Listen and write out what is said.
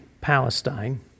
Palestine